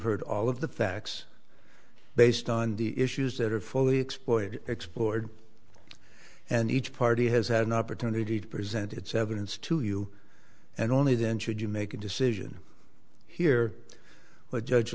heard all of the facts based on the issues that are fully exploited explored and each party has had an opportunity to present its evidence to you and only then should you make a decision here but judge